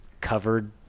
Covered